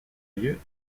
lieux